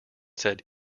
said